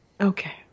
Okay